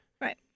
Right